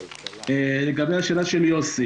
לגבי השאלה של יוסי